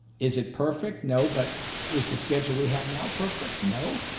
is it perfect? no, but is the schedule we have now perfect? no,